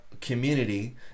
community